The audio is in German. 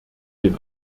den